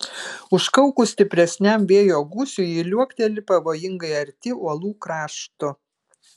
užkaukus stipresniam vėjo gūsiui ji liuokteli pavojingai arti uolų krašto